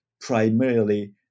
primarily